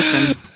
Listen